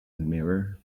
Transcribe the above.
mirror